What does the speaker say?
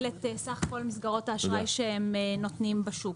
את סך כול מסגרות האשראי שהם נותנים בשוק.